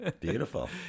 Beautiful